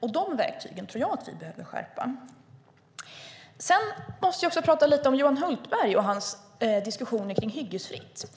Dessa verktyg behöver vi skärpa. Jag måste också ta upp Johan Hultbergs diskussion om hyggesfritt.